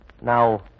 Now